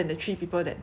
a lot of people